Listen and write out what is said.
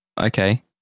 okay